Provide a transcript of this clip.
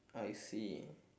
I see